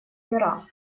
пера